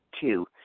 Two